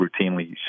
routinely